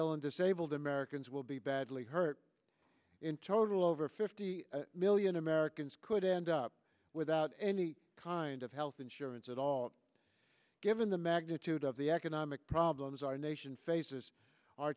ill and disabled americans will be badly hurt in total over fifty million americans could end up without any kind of health insurance at all given the magnitude of the economic problems our nation faces